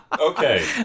Okay